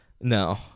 No